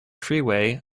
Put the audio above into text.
freeway